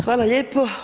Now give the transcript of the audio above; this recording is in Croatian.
Hvala lijepo.